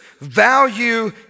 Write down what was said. value